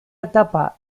etapa